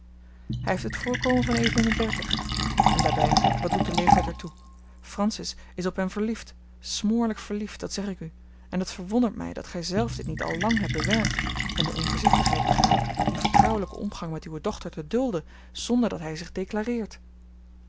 hij heeft het voorkomen van even in de dertig en daarbij wat doet de leeftijd er toe francis is op hem verliefd smoorlijk verliefd dat zeg ik u en het verwondert mij dat gij zelf dit niet al lang hebt bemerkt en de onvoorzichtigheid begaat dien vertrouwelijken omgang met uwe dochter te dulden zonder dat hij zich declareert